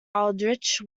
aldrich